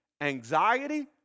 anxiety